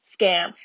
scam